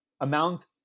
amount